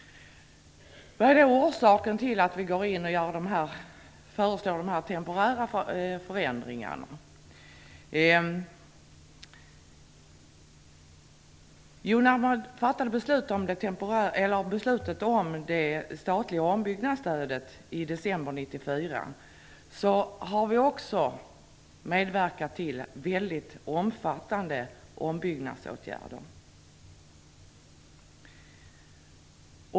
Vad är då orsaken till att vi föreslår dessa temporära förändringar? I och med att vi fattade beslut om det statliga ombyggnadsstödet i december 1994 har vi också medverkat till väldigt omfattande ombyggnadsåtgärder.